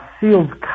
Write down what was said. sealed